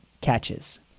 catches